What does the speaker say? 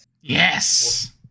Yes